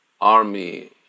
army